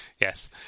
yes